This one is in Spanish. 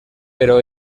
pero